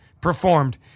performed